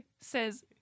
says